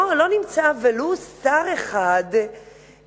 לא נמצא ולו שר אחד,